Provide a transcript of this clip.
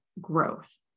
growth